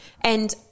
and-